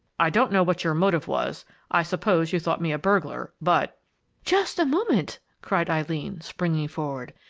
i don't know what your motive was i suppose you thought me a burglar but just a moment! cried eileen, springing forward.